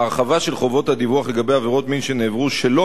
ההרחבה של חובות הדיווח לגבי עבירות מין שנעברו שלא